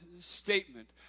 statement